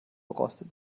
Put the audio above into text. rostet